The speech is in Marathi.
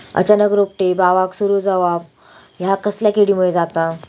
अचानक रोपटे बावाक सुरू जवाप हया कसल्या किडीमुळे जाता?